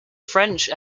french